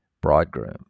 bridegroom